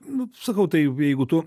nu sakau tai jeigu tu